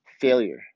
failure